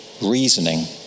Reasoning